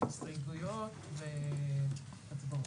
הסתייגויות והצבעות.